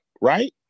right